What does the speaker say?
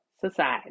society